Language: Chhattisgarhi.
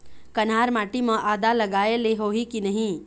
कन्हार माटी म आदा लगाए ले होही की नहीं?